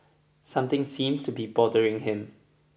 something seems to be bothering him